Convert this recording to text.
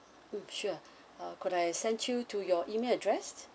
mm sure uh could I send you to your email address